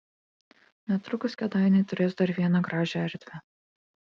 netrukus kėdainiai turės dar vieną gražią erdvę